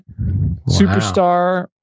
Superstar